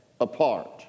apart